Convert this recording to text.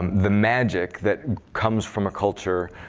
the magic that comes from a culture